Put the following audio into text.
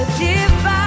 divide